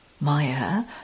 Maya